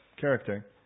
character